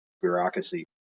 bureaucracy